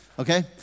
okay